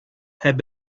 had